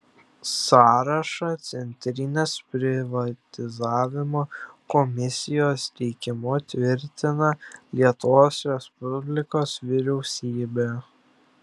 sąrašą centrinės privatizavimo komisijos teikimu tvirtina lietuvos respublikos vyriausybė